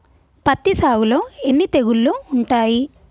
పత్తి సాగులో ఎన్ని తెగుళ్లు ఉంటాయి?